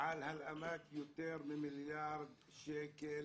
על הלאמת יותר ממיליארד שקל